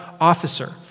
officer